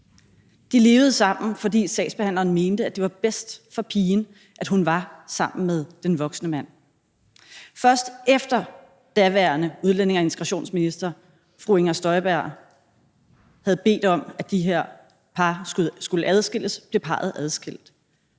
De levede sammen, fordi sagsbehandleren mente, at det var bedst for pigen, at hun var sammen med den voksne mand. Først efter at den daværende udlændinge- og integrationsminister, fru Inger Støjberg, havde bedt om, at de her par skulle adskilles, blev parret adskilt.